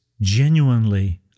genuinely